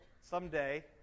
someday